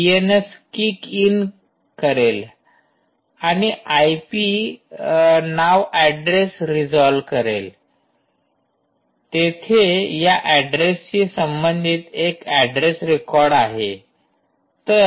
DNS kick in करेल आणि IP नाव ऍड्रेस रिजॉल्व करेल आणि तेथे या ऍड्रेसशी संबधित एक ऍड्रेस रेकॉर्ड आहे